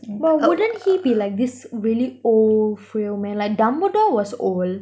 but wouldn't he be like this really old frail man like dumbledore was old